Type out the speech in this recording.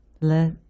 let